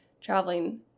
traveling